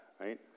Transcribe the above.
right